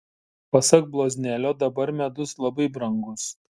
pasak bloznelio dabar medus labai brangus